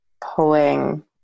pulling